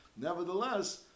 Nevertheless